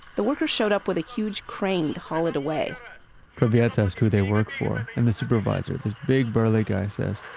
the workers showed up with a huge crane to haull it away kravets asks who they work for and the supervisor, this big, burly guy says,